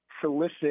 solicit